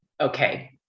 okay